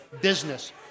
business